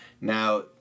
now